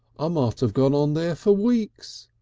um ah so have gone on there for weeks,